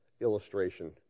illustration